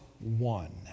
one